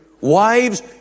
Wives